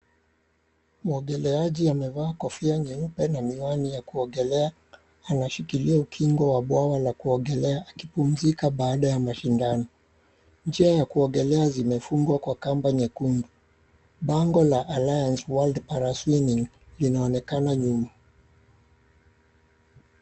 Mwogeleaji amevaa kofia nyeupe na miwani ya kuogelea, anashikilia ukingo wa bwawa la kuogelea akipumzika baada ya mashindano. Njia ya kuogelea zimefungwa kwa kamba nyekundu. Bango la alliance world para swimming linaonekana nyuma.